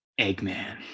Eggman